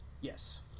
Yes